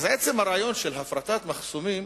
אז עצם הרעיון של הפרטת מחסומים